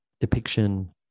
depiction